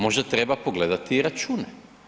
Možda treba pogledati i račune.